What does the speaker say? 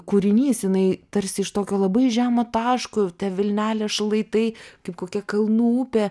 kūrinys jinai tarsi iš tokio labai žemo taško vilnelės šlaitai kaip kokia kalnų upė